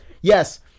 Yes